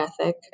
ethic